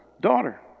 daughter